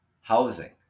housing